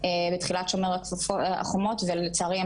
בתחילת "שומר החומות" ולצערי,